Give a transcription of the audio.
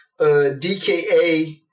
DKA